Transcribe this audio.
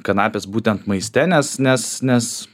kanapės būtent maiste nes nes nes